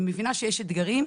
אני מבינה שיש אתגרים,